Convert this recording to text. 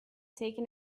taken